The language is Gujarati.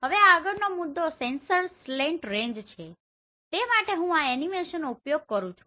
હવે આગળનો મુદ્દો સેન્સર સ્લેંટ રેંજ છે તે માટે હું આ એનિમેશનનો ઉપયોગ કરવા માંગુ છું